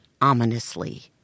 ominously